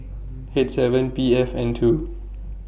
H seven P F N two